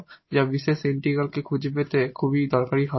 যা particular integral খুঁজে পেতে এখন খুব দরকারী হবে